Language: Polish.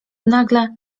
nagle